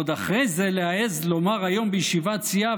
ועוד אחרי זה להעז לומר היום בישיבת סיעה,